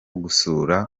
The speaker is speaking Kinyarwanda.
gutsura